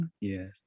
Yes